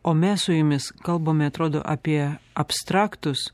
o mes su jumis kalbame atrodo apie abstraktus